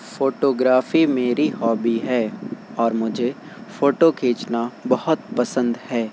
photo گرافی میری hobby ہے اور مجھے فوٹو کھینچنا بہت پسند ہے